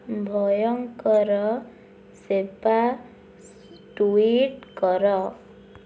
ଭୟଙ୍କର ସେବା ଟୁଇଟ୍ କର